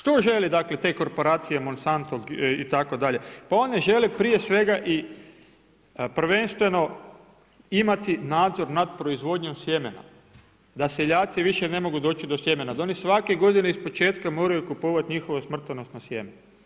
Što želi te korporacije Mosanto itd. pa one žele prije svega i prvenstveno imati nadzor nad proizvodnju sjemena, da seljaci više ne mogu doći do sjemena, da oni svake godine ispočetka moraju kupovati njihovo smrtonosno sjeme.